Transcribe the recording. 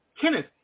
Kenneth